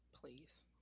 Please